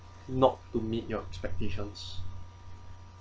not to meet your expectations